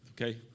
Okay